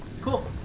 Cool